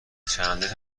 چندلر